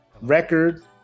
record